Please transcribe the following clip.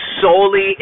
solely